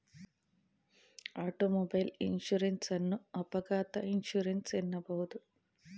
automobile insurance ಅನ್ನು ಅಪಘಾತ insurance ಎನ್ನಬಹುದು